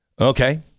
Okay